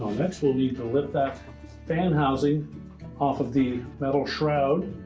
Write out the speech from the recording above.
next, we'll need to lift that fan housing off of the metal shroud.